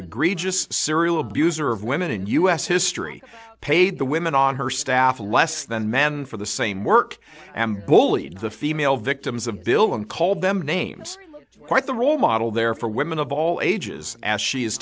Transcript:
egregious serial abuser of women in u s history paid the women on her staff less than men for the same work and bullied the female victims of bill and called them names quite the role model there for women of all ages as she is